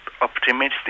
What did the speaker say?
optimistic